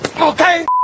okay